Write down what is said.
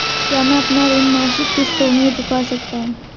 क्या मैं अपना ऋण मासिक किश्तों में चुका सकता हूँ?